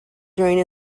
during